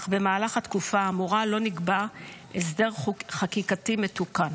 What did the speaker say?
אך במהלך התקופה האמורה לא נקבע הסדר חקיקתי מתוקן.